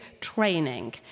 training